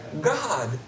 God